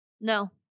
No